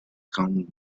come